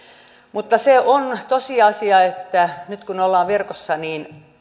mutta se on tosiasia että nyt kun ollaan verkossa niin